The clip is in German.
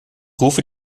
rufe